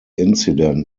incident